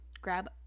grab